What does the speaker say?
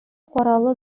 каралы